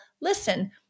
listen